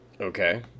Okay